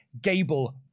gable